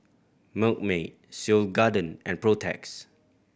Milkmaid Seoul Garden and Protex